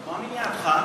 מה מניע אותך?